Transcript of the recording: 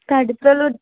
ਤੁਹਾਡੇ ਕੋਲੋਂ